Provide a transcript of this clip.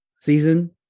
season